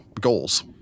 goals